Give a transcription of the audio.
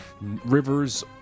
rivers